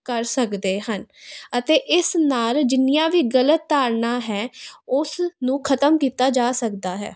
ਕਰ ਸਕਦੇ ਹਨ ਅਤੇ ਇਸ ਨਾਲ ਜਿੰਨੀਆਂ ਵੀ ਗਲਤ ਧਾਰਨਾ ਹੈ ਉਸ ਨੂੰ ਖਤਮ ਕੀਤਾ ਜਾ ਸਕਦਾ ਹੈ